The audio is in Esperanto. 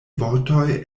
vortoj